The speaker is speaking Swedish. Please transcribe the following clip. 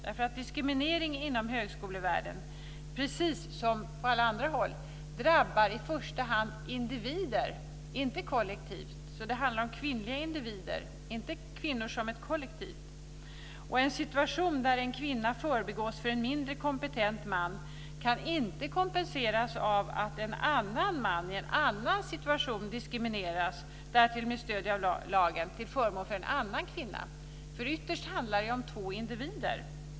Diskriminering inom högskolevärlden drabbar, precis som på alla andra håll, i första hand individer, inte kollektiv. Det handlar om kvinnliga individer, inte om kvinnor som ett kollektiv. En situation där en kvinna förbigås för en mindre kompetent man kan inte kompenseras av att en annan man i en annan situation diskrimineras, därtill med stöd av lagen, till förmån för en annan kvinna. Ytterst handlar det om två individer.